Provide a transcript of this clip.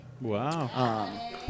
Wow